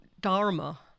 dharma